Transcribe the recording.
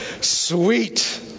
Sweet